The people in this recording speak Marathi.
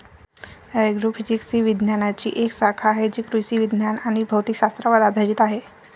ॲग्रोफिजिक्स ही विज्ञानाची एक शाखा आहे जी कृषी विज्ञान आणि भौतिक शास्त्रावर आधारित आहे